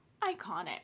iconic